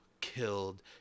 killed